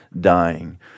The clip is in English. dying